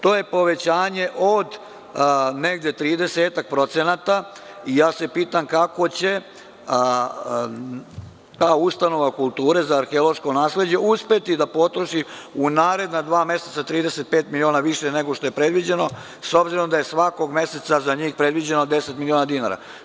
To je povećanje od nekih 30% i pitam se kako će ta ustanova kulture za arheološko nasleđe uspeti da potroši u naredna dva meseca 35 miliona više nego što je predviđeno, s obzirom da je svakog meseca za njih predviđeno 10 miliona dinara.